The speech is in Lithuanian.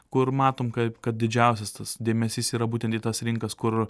kur matom kap kad didžiausias tas dėmesys yra būtent į tas rinkas kur